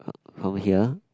from here